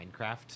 Minecraft